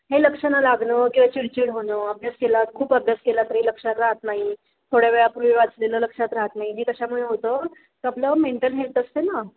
हे लक्ष न लागणं किंवा चिडचिड होणं अभ्यास केला खूप अभ्यास केला तरी लक्षात राहात नाही थोड्या वेळापूर्वी वाचलेलं लक्षात राहत नाही हे कशामुळे होतं तर आपलं मेंटल हेल्थ असते ना